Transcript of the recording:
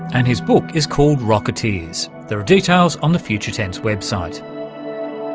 and his book is called rocketeers, there are details on the future tense website.